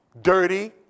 Dirty